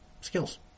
skills